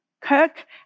Kirk